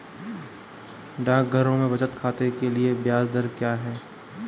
डाकघरों में बचत खाते के लिए ब्याज दर क्या है?